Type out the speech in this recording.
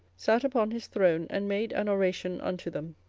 sat upon his throne, and made an oration unto them.